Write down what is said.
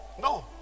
no